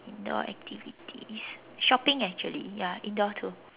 indoor activities shopping actually ya indoor too